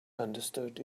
understood